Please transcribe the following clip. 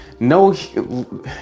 No